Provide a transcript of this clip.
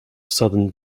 southern